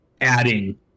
adding